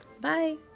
Bye